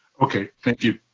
okay, thank you.